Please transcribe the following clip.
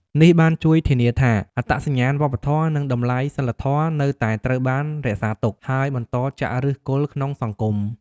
នេះបានជួយធានាថា អត្តសញ្ញាណវប្បធម៌ និងតម្លៃសីលធម៌នៅតែត្រូវបានរក្សាទុក ហើយបន្តចាក់ឫសគល់ក្នុងសង្គម។